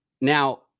Now